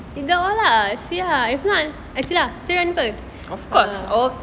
of course